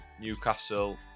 Newcastle